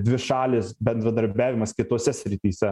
dvišalis bendradarbiavimas kitose srityse